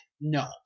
no